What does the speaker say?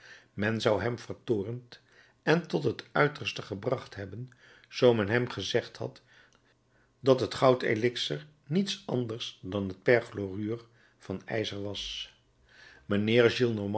men zou hem vertoornd en tot het uiterste gebracht hebben zoo men hem gezegd had dat het goud elixer niets anders dan perchlorure van ijzer was